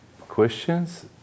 questions